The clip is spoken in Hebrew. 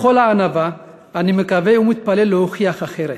בכל הענווה, אני מקווה ומתפלל להוכיח אחרת.